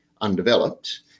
undeveloped